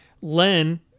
Len